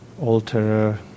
alter